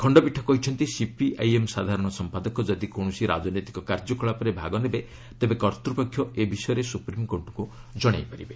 ଖଶ୍ୟପୀଠ କହିଛନ୍ତି ସିପିଆଇଏମ୍ ସାଧାରଣ ସମ୍ପାଦକ ଯଦି କକିଣସି ରାଜନୈତିକ କାର୍ଯ୍ୟକଳାପରେ ଭାଗନେବେ ତେବେ କର୍ତ୍ତ୍ୱପକ୍ଷ ଏ ବିଷୟରେ ସୁପ୍ରିମକୋର୍ଟଙ୍କୁ ଜଣାଇପାରିବେ